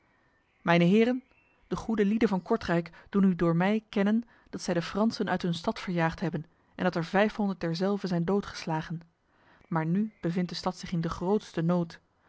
mijne heren de goede lieden van kortrijk doen u door mij kennen dat zij de fransen uit hun stad verjaagd hebben en dat er vijfhonderd derzelve zijn doodgeslagen maar nu bevindt de stad zich in de grootste nood